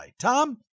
Tom